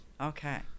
Okay